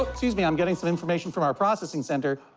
excuse me. i'm getting some information from our processing center.